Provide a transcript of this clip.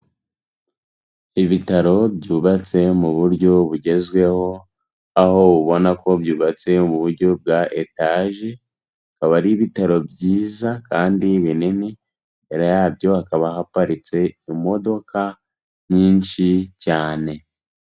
Ibitaro byubatse mu buryo bugezweho, aho ubona ko byubatse mu buryo bwa etage, bikaba ari ibitaro byiza kandi binini, imbere yabyo hakaba haparitse imodoka nyinshi cyane.